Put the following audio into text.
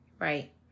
Right